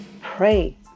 Pray